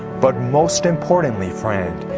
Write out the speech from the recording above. but most importantly friend,